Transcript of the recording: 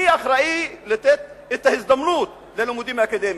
מי אחראי לתת את ההזדמנות ללימודים אקדמיים,